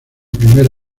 primer